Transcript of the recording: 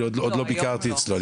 עוד לא ביקרתי אצלנו,